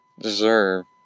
deserve